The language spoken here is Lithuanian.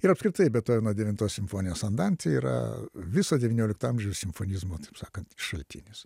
ir apskritai betoveno devintos simfonijos andante yra viso devyniolikto amžiaus simfonizmo taip sakant šaltinis